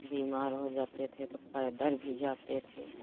बीमार हो जाते थे तो पैदल भी जाते थे